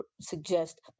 suggest